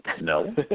no